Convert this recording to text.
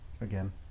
again